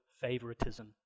favoritism